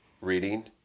reading